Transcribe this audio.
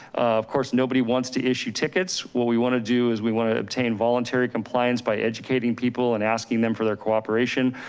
of course, nobody wants to issue tickets. what we want to do is we want to obtain voluntary compliance by educating people and asking them for their cooperation.